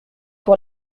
pour